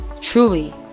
truly